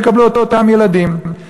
לא יקבלו אותם ילדים.